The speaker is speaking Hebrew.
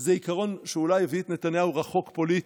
זה עיקרון שאולי הביא את נתניהו רחוק פוליטית,